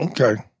Okay